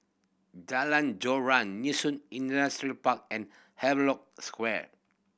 Jalan Joran Yishun Industrial Park and Havelock Square